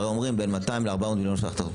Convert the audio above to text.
הרי אומרים בין 200 ל-400 מיליון שקלים,